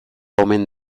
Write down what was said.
omen